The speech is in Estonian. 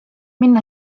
minna